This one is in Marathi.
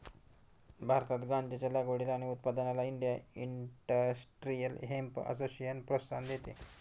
भारतात गांज्याच्या लागवडीला आणि उत्पादनाला इंडिया इंडस्ट्रियल हेम्प असोसिएशन प्रोत्साहन देते